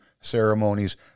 ceremonies